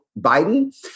Biden